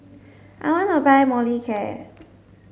I want to buy Molicare